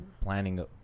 planning